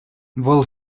вӑл